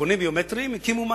דרכונים ביומטריים הקימו מאגרים,